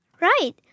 Right